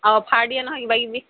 অঁ অফাৰ দিয়ে নহয় কিবা কিবি